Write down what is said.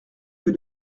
que